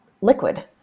liquid